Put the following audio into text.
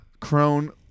Crone